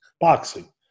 boxing